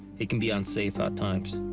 it can be unsafe at times.